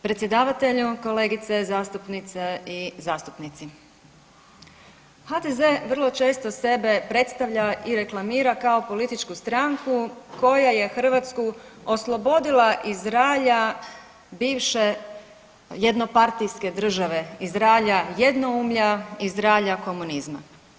Predsjedavatelju, kolegice zastupnice i zastupnici, HDZ vrlo često sebe predstavlja i reklamira kao političku stranku koja je Hrvatsku oslobodila iz ralja bivše jednopartijske države, iz ralja jednoumlja, iz ralja komunizma.